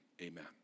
amen